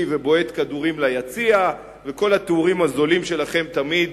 ובועט כדורים ליציע וכל התיאורים הזולים שלכם תמיד